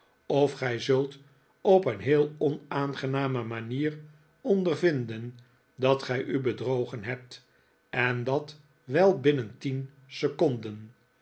of gij zult op een heel onaangename manier ondervinden dat gij u bedrogen hebt en dat wel binnen tien seconden